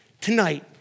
Tonight